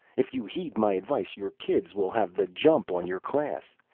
if you heed my advice, your kids will have the jump on your class.